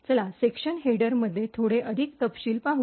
चला section headers मध्ये थोडे अधिक तपशील पाहू